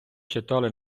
читали